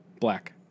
Black